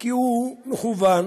כי הוא מכוון